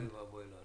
אוי ואבוי לנו.